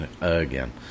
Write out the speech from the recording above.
again